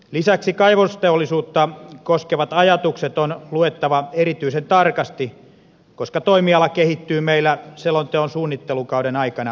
lisäksi kaivosteollisuutta koskevat ajatukset on luettava erityisen tarkasti koska toimiala kehittyy meillä selonteon suunnittelukauden aikana merkittävästi